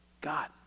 God